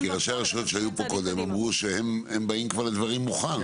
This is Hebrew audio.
כי ראשי הרשויות שהיו פה קודם אמרו שהם באים כבר לתוואי מוכן.